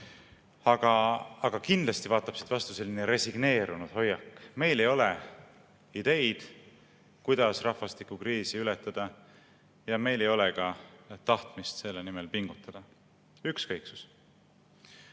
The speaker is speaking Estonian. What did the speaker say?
Aga kindlasti vaatab siit vastu selline resigneerunud hoiak. Meil ei ole ideid, kuidas rahvastikukriisi ületada, ja meil ei ole ka tahtmist selle nimel pingutada. Ükskõiksus.